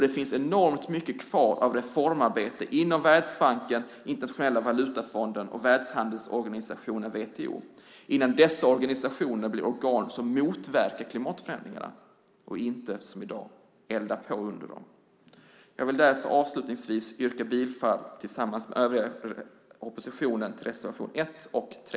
Det finns enormt mycket reformarbete kvar att göra inom Världsbanken, Internationella valutafonden och Världshandelsorganisationen, WTO, innan dessa organisationer blir organ som motverkar klimatförändringar och inte, som i dag, eldar på under dem. Avslutningsvis vill jag tillsammans med den övriga oppositionen yrka bifall till reservation 1 och 3.